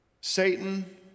Satan